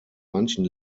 manchen